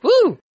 Woo